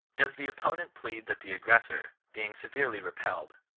does the opponent plead that the aggressor, being severely repelled,